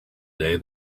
day